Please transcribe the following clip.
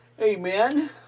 amen